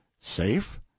Safe